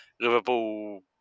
Liverpool